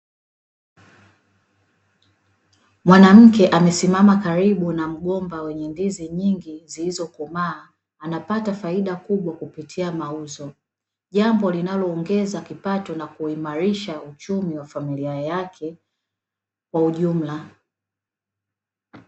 Mwanamke amesimama karibu na mgomba wenye ndizi nyingi zilizokomaa, anapata faida kubwa kupitia mauzo. Jambo linaloongeza kipato na kuimarisha uchumi wa familia yake kwa ujumla.